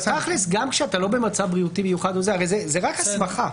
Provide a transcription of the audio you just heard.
זאת רק הסמכה.